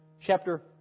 chapter